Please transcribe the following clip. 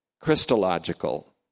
Christological